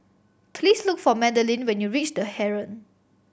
please look for Madelene when you reach The Heeren